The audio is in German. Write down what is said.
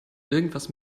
irgendwas